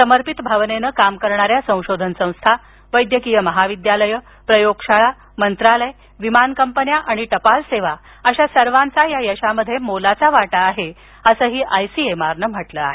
समर्पित भावनेनं काम करणाऱ्या संशोधन संस्था वैद्यकीय महाविद्यालये प्रयोगशाळा मंत्रालय विमान कंपन्या आणि टपाल सेवा अशा सर्वांचा या यशात मोलाचा वाटा आहे असंही आयसीएमआरनं म्हटलं आहे